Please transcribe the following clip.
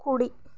కుడి